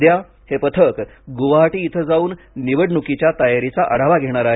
उद्या हे पथक गुवाहाटी इथं जाऊन निवडणुकीच्या तयारीचा आढावा घेणार आहे